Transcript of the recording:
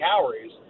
calories